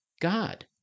God